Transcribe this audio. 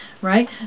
right